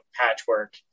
patchwork